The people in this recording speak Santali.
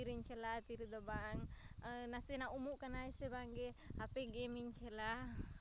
ᱛᱤᱨᱮᱧ ᱠᱷᱮᱞᱟ ᱛᱤᱨᱮᱫᱚ ᱵᱟᱝ ᱱᱟᱥᱮᱱᱟᱜ ᱩᱢᱩᱜ ᱠᱟᱱᱟᱭ ᱥᱮ ᱵᱟᱝᱜᱮ ᱦᱟᱯᱮ ᱜᱮᱢᱤᱧ ᱠᱷᱮᱞᱟ